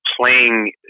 playing